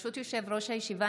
ברשות יושב-ראש הישיבה,